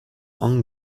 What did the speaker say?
han